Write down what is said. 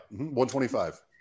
125